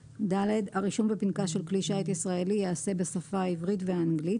הרישום בפנקס של כלי שיט ישראלי יעשה בשפה העברית והאנגלית,